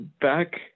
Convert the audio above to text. back